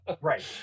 Right